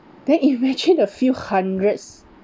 then imagine a few hundreds